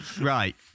Right